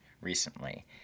recently